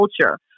culture